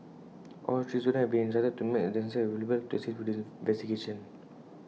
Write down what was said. all three students have been instructed to make themselves available to assist with the investigation